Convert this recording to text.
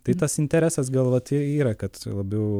tai tas interesas gal vat yra kad labiau